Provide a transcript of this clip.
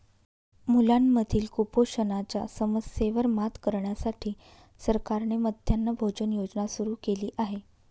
मुलांमधील कुपोषणाच्या समस्येवर मात करण्यासाठी सरकारने मध्यान्ह भोजन योजना सुरू केली आहे